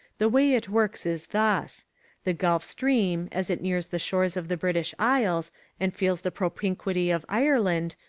the way it works is thus the gulf stream, as it nears the shores of the british isles and feels the propinquity of ireland,